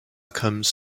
comes